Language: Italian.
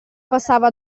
passava